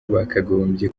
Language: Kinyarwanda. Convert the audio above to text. bakagombye